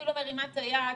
שירן, תנסי לדבר איתנו.